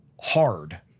hard